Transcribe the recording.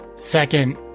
Second